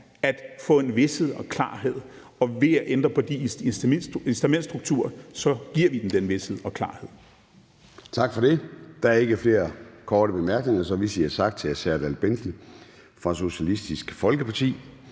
at få en vished og klarhed, og ved at ændre på de incitamentsstrukturer giver vi dem den vished og klarhed.